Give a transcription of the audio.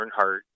Earnhardt